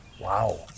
wow